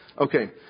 Okay